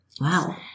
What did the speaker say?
wow